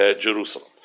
Jerusalem